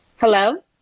Hello